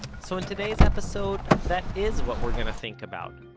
so in today's episode that is what we're gonna think about,